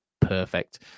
perfect